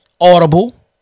Audible